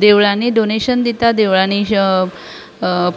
देवळांनी डॉनेशन दितां देवळांनी